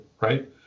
right